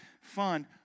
fun